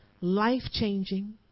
life-changing